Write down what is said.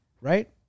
Right